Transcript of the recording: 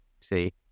See